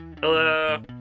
Hello